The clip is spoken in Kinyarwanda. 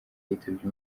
yitabye